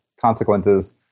consequences